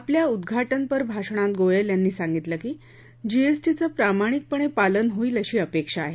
आपल्या उद्दाटनपर भाषणात गोयल यांनी सांगितलं की जीएसटीचं प्रामाणिकपणे पालन होईल अशी अपेक्षा आहे